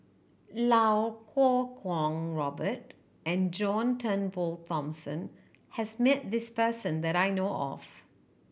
Iau Kuo Kwong Robert and John Turnbull Thomson has met this person that I know of